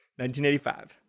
1985